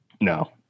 No